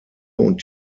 und